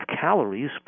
calories